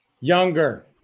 Younger